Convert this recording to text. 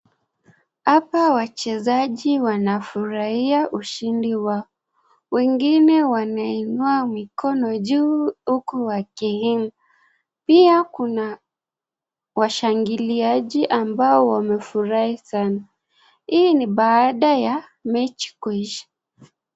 Hapa wachejazi wana furahia ushidi wao. Wengine wanainua mikono juu huku wakiimba, pia kuna washangiliaji ambao wamefurahi sana, hii ni baada ya mechi kuisha.